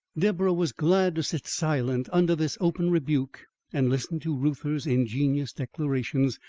deborah was glad to sit silent under this open rebuke and listen to reuther's ingenuous declarations,